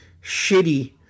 Shitty